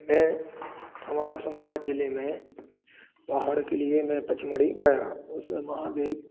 मैं हमारे होशंगाबाद ज़िले में पहाड़ के लिए मैं पचमढ़ी गया उसमें महादेव